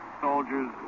soldiers